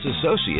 associates